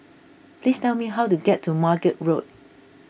please tell me how to get to Margate Road